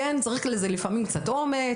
גם אם לפעמים צריך קצת אומץ,